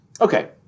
okay